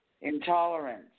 intolerance